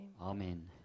Amen